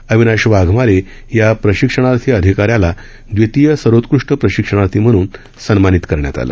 अविनाश वाघमारे या प्रशिक्षणार्थी अधिकाऱ्याला दवितीय सर्वोत्कृष्ट प्रशिक्षणार्थी म्हणून सन्मानित करण्यात आलं